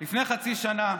לפני חצי שנה,